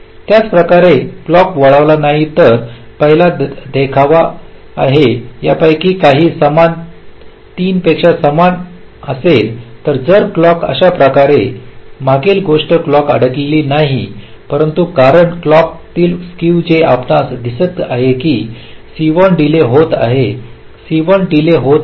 त्याचप्रकारे क्लॉक वळविला नाही तर हा पहिला देखावा आहे यापैकी काही समान 3 पेक्षा समान असेल परंतु जर क्लॉक अशाच प्रकारे तर मागील गोष्ट क्लॉक अडकलेली नाही परंतु कारण क्लॉक तील स्केव जे आपणास दिसते की C1 डीले होत आहे C1 डीले होत आहे